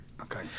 Okay